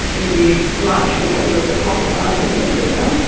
give you much, because of the profit margin isn't big enough.